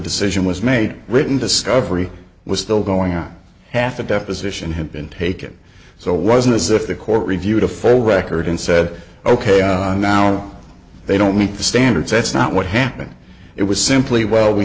decision was made written discovery was still going on half a deposition had been taken so it wasn't as if the court reviewed a full record and said ok on now they don't meet the standards that's not what happened it was simply well we